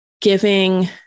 giving